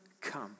come